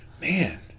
man